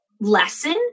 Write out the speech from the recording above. lesson